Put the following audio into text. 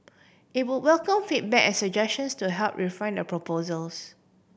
it would welcome feedback and suggestions to help refine the proposals